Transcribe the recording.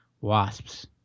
wasps